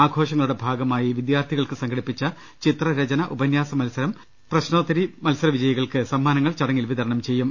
ആഘോഷങ്ങളൂടെ ഭാഗമായി വിദ്യാർത്ഥികൾക്ക് സംഘടിപ്പിച്ച ചിത്രരചന ഉപന്യാസര്യചന പ്രശ്നോത്തരി മത്സരവിജയികൾക്ക് സമ്മാനങ്ങൾ ചടങ്ങിൽ വിതരണം ചെയ്യും